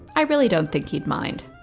i really don't think he'd mind.